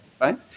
right